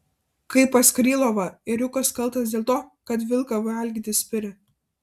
kaip pas krylovą ėriukas kaltas dėl to kad vilką valgyti spiria